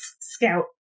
scout